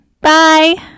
Bye